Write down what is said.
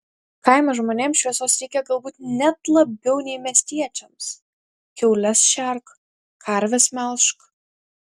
kaimo žmonėms šviesos reikia galbūt net labiau nei miestiečiams kiaules šerk karves melžk